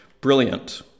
Brilliant